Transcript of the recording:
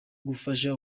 gufasha